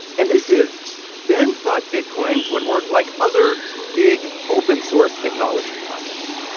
and this is ben thought bitcoin would work like other big, open source technology projects.